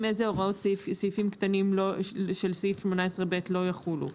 איזה הוראות סעיפים קטנים של סעיף 18ב לא יחולו.